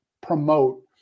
promote